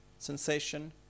sensation